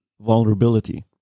vulnerability